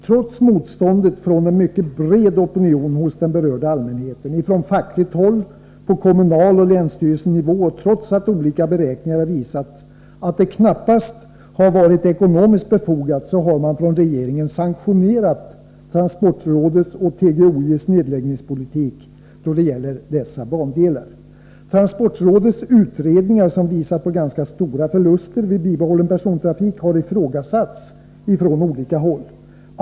Trots motståndet från en mycket bred opinion hos den berörda allmänheten, från fackligt håll, från personer på kommunaloch länsstyrelsenivå och trots att olika beräkningar har visat att det knappast varit ekonomiskt befogat har regeringen sanktionerat transportrådets och TGOJ:s nedläggningspolitik då det gäller dessa bandelar. Transportrådets utredningar, som har visat på ganska stora förluster vid bibehållen persontrafik, har ifrågasatts från olika håll.